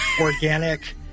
organic